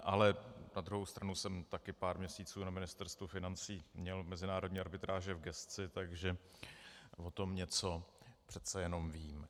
Ale na druhou stranu jsem taky pár měsíců na Ministerstvu financí měl mezinárodní arbitráže v gesci, takže o tom něco přece jenom vím.